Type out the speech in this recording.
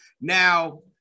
Now